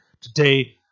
today